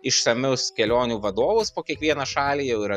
išsamius kelionių vadovus po kiekvieną šalį jau yra